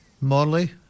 Morley